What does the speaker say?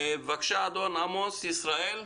בבקשה, עמוס ישראל.